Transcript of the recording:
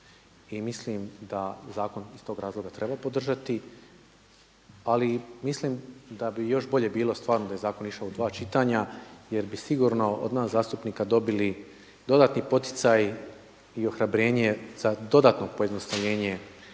i mislim da zakon iz tog razloga treba podržati ali i mislim da bi još bolje bilo stvarno da je zakon išao u dva čitanja jer bi sigurno od nas zastupnika dobili dodatni poticaj i ohrabrenje za dodatno pojednostavljenje